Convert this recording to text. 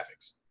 graphics